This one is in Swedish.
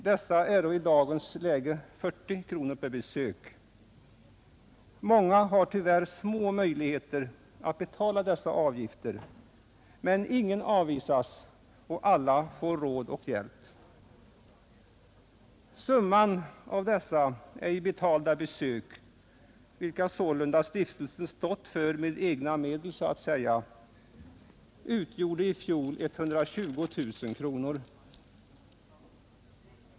Dessa är i dagens läge 40 kronor per besök. Många har tyvärr små möjligheter att betala dessa avgifter, men ingen avvisas utan alla får råd och hjälp. Summan av dessa ej betalda avgifter för besök, vilka stiftelsen sålunda stått för med egna medel, utgjorde i fjol 120 000 kronor.